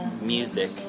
music